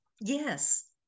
yes